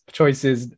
choices